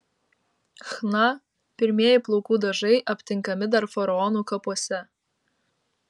chna pirmieji plaukų dažai aptinkami dar faraonų kapuose